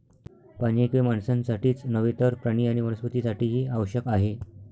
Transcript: पाणी हे केवळ माणसांसाठीच नव्हे तर प्राणी आणि वनस्पतीं साठीही आवश्यक आहे